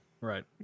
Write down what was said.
Right